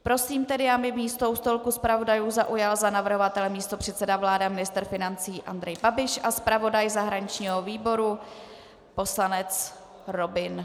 Prosím tedy, aby místo u stolku zpravodajů zaujal za navrhovatele místopředseda vlády a ministr financí Andrej Babiš a zpravodaj zahraničního výboru poslanec Robin Böhnisch.